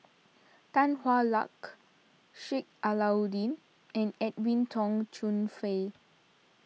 Tan Hwa Luck Sheik Alau'ddin and Edwin Tong Chun Fai